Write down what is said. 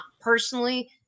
personally